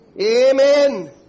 Amen